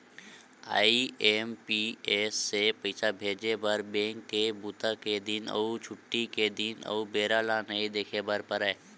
IMPS से पइसा भेजे बर बेंक के बूता के दिन अउ छुट्टी के दिन अउ बेरा ल नइ देखे बर परय